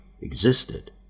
existed